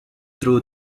through